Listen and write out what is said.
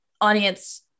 audience